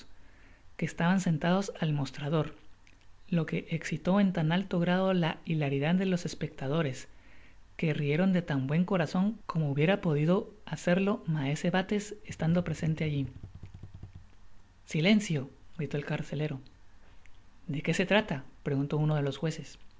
que estaban sentados al mostrador lo que exitó en tan alto grado la hilaridad de los espectadores que rieron de tan buen corazon como hubiera podido hacerlo maese bates estando presente alli silencio gritó el carcelero content from google book search generated at de qué se trata preguntó uno de los jueces